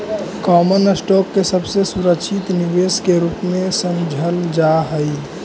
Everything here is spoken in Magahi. कॉमन स्टॉक के सबसे सुरक्षित निवेश के रूप में समझल जा हई